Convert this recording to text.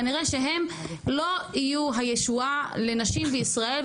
כנראה שהם לא יהיו הישועה לנשים בישראל,